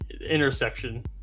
intersection